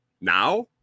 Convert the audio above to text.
now